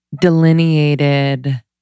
delineated